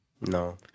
No